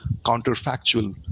counterfactual